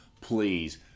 please